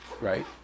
right